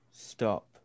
Stop